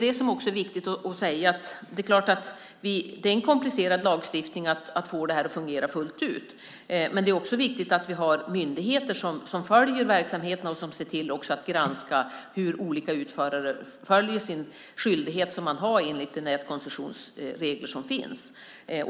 Det är viktigt att säga att det handlar om en komplicerad lagstiftning för att få det här att fungera fullt ut, men det är också viktigt att vi har myndigheter som följer verksamheterna och ser till att granska hur olika utförare följer sina skyldigheter enligt de nätkoncessionsregler som finns.